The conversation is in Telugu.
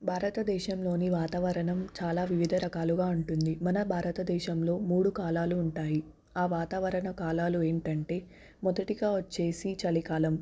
భారతదేశంలోని వాతావరణం చాలా వివిధ రకాలుగా ఉంటుంది మన భారతదేశంలో మూడు కాలాలు ఉంటాయి ఆ వాతావరణ కాలాలు ఏంటంటే మొదటిగా వచ్చేసి చలికాలం